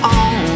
on